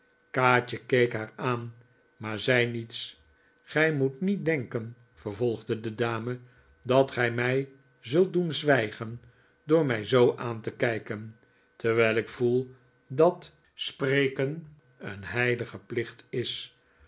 keek haar aan maar zei niets gij moet niet denken vervolgde de dame dat gij mij zult doen zwijgen door mij zoo aan te kijken terwijl ik voel dat spreken een heilige plicht is